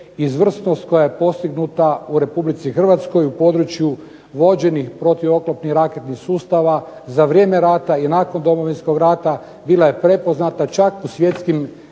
izvrsnost koja je postignuta u Republici Hrvatskoj u području vođenih protuoklopnih raketnih sustava za vrijeme rata i nakon Domovinskog rata bila je prepoznata čak u svjetskim